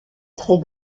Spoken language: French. très